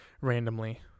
randomly